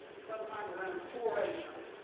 sometime around four am